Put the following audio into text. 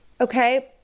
Okay